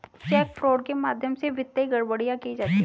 check fraud के माध्यम से वित्तीय गड़बड़ियां की जाती हैं